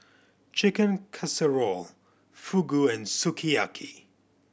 Chicken Casserole Fugu and Sukiyaki